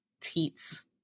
teats